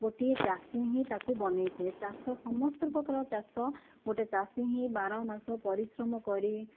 ଗୋଟିଏ ଚାଷୀ ହିଁ ତାକୁ ବନେଇଥାଏ ଚାଷ ସମସ୍ତଙ୍କ ର ଚାଷ ଗୋଟିଏ ଚାଷୀ ହିଁ ବାରମାସ ପରିଶ୍ରମ କରି